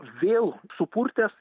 vėl supurtęs